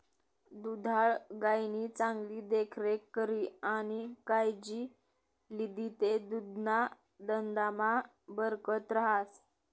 दुधाळ गायनी चांगली देखरेख करी आणि कायजी लिदी ते दुधना धंदामा बरकत रहास